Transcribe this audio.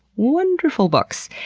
wonderful books.